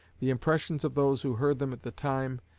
the impressions of those who heard them at the time,